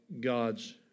God's